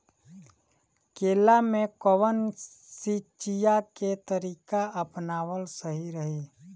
केला में कवन सिचीया के तरिका अपनावल सही रही?